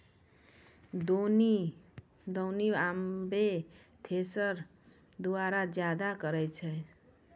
दौनी आबे थ्रेसर द्वारा जादा करै छै